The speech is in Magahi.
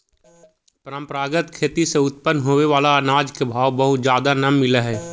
परंपरागत खेती से उत्पन्न होबे बला अनाज के भाव बहुत जादे न मिल हई